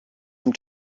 from